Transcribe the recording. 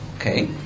Okay